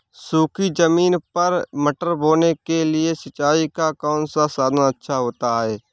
सूखी ज़मीन पर मटर बोने के लिए सिंचाई का कौन सा साधन अच्छा होता है?